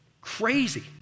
Crazy